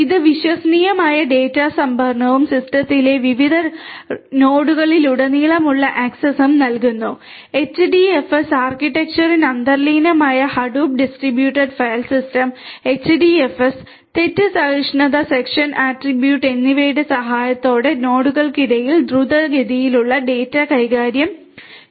ഇത് വിശ്വസനീയമായ ഡാറ്റ സംഭരണവും സിസ്റ്റത്തിലെ വിവിധ നോഡുകളിലുടനീളമുള്ള ആക്സസും നൽകുന്നു എച്ച്ഡിഎഫ്എസ് ആർക്കിടെക്ചറിന് അന്തർലീനമായ Hadoop distributed file system HDFS തെറ്റ് സഹിഷ്ണുത സെഷൻ ആട്രിബ്യൂട്ട് എന്നിവയുടെ സഹായത്തോടെ നോഡുകൾക്കിടയിൽ ദ്രുതഗതിയിലുള്ള ഡാറ്റ കൈമാറ്റം സാധ്യമാകും